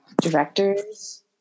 directors